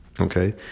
Okay